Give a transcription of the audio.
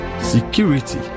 Security